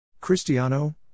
Cristiano